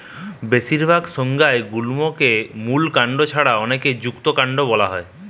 বেশিরভাগ সংজ্ঞায় গুল্মকে মূল কাণ্ড ছাড়া অনেকে যুক্তকান্ড বোলা হয়